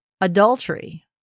adultery